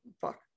fuck